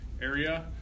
area